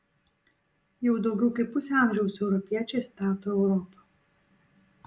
jau daugiau kaip pusę amžiaus europiečiai stato europą